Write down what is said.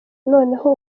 noneho